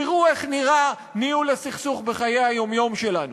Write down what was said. תראו איך נראה ניהול הסכסוך בחיי היום-יום שלנו.